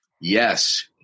Yes